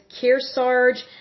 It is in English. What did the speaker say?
Kearsarge